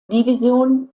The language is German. division